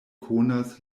konas